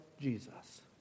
Jesus